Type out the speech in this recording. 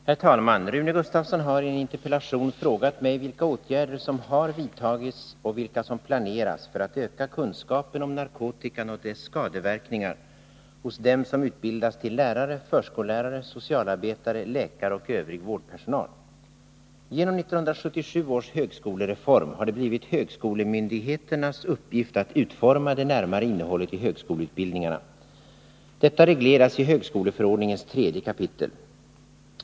Herr talman! Rune Gustavsson har i en interpellation frågat mig vilka åtgärder som har vidtagits och vilka som planeras för att öka kunskapen om narkotikan och dess skadeverkningar hos dem som utbildas till lärare, förskollärare, socialarbetare, läkare och övrig vårdpersonal. Genom 1977 års högskolereform har det blivit högskolemyndigheternas uppgift att utforma det närmare innehållet i högskoleutbildningarna. Detta regleras i högskoleförordningens tredje kapitel.